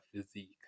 physique